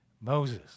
Moses